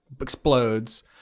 explodes